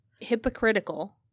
hypocritical